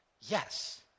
Yes